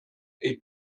est